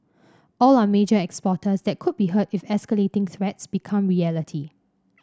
all are major exporters that could be hurt if escalating threats become reality